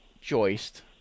joist